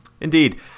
Indeed